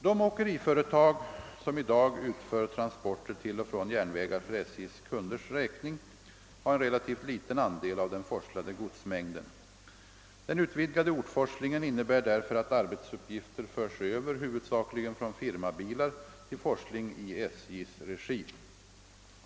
De åkeriföretag som i dag utför transporter till och från järnvägar för SJ:s kunders räkning har en relativt liten andel av den forslade godsmängden. Den utvidgade ortforslingen innebär därför att arbetsuppgifter förs över huvudsakligen från firmabilar till forsling i SJ:s regi.